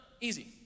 easy